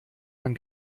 man